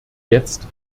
jetzt